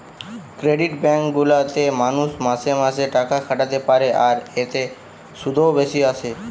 credit bank গুলা তে মানুষ মাসে মাসে টাকা খাটাতে পারে আর এতে শুধও বেশি আসে